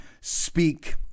speak